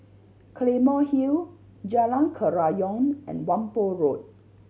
Claymore Hill Jalan Kerayong and Whampoa Road